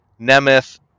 Nemeth